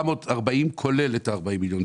440 כולל את ה-40 מיליון שקל.